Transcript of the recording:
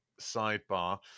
sidebar